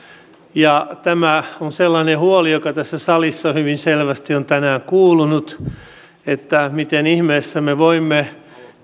tämä on sellainen huoli joka tässä salissa hyvin selvästi on tänään kuulunut miten ihmeessä me voimme